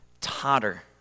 totter